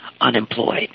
unemployed